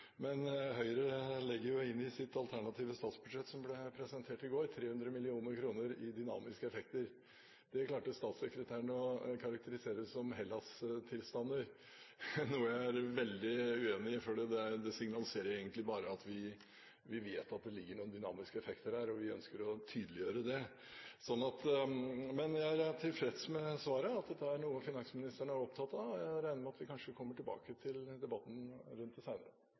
Men Høyre legger inn i sitt alternative statsbudsjett – som ble presentert i går – 300 mill. kr i dynamiske effekter. Det klarte statssekretæren å karakterisere som «Hellas-tilstander», noe jeg er veldig uenig i, for det signaliserer egentlig bare at vi vet at det ligger noen dynamiske effekter der, og vi ønsker å tydeliggjøre det. Men jeg er tilfreds med svaret, at dette er noe finansministeren er opptatt av, og jeg regner med at vi kommer tilbake til debatten rundt